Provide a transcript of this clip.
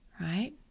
right